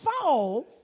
fall